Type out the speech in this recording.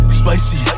spicy